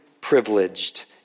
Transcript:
privileged